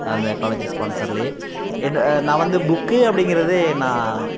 அந்த காலேஜு ஸ்பான்சர்லையே என்ன நான் வந்து புக்கு அப்படிங்கிறது நான்